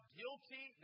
guilty